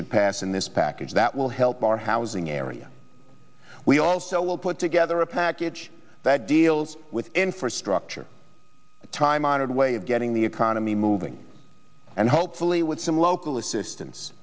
should pass in this package that will help our housing area we also will put together a package that deals with infrastructure a time honored way of getting the economy moving and hopefully with some local assistance